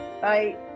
Bye